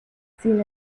sin